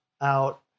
out